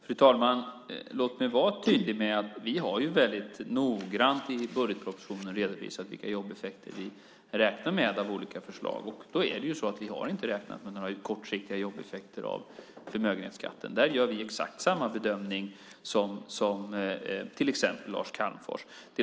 Fru talman! Låt mig vara tydlig med att vi har redovisat väldigt noggrant i budgetpropositionen vilka jobbeffekter vi räknar med av olika förslag. Vi har inte räknat med några kortsiktiga jobbeffekter av förmögenhetsskatten. Där gör vi exakt samma bedömning som till exempel Lars Calmfors.